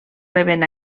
reben